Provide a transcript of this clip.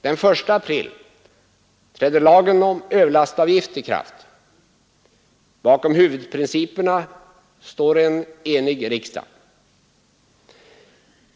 Den 1 april träder lagen om överlastavgift i kraft. Bakom huvudprinciperna står en enig riksdag.